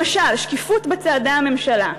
למשל, שקיפות בצעדי הממשלה.